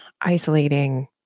isolating